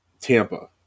Tampa